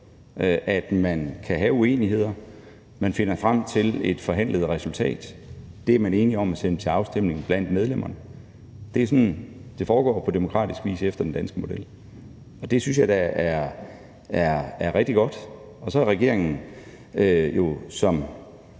at man kan have uenigheder, og så finder man frem til et forhandlet resultat, som man er enige om at sende til afstemning blandt medlemmerne. Det er sådan, det foregår på demokratisk vis efter den danske model. Det synes jeg da er rigtig godt. Så har regeringen jo, som